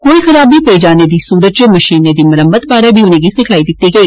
कोई खराबी पेई जाने दी सूरतै च मशीनें दी मरम्मत बारै बी उनें'गी सिखलाई दित्ती गेई